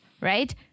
right